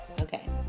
Okay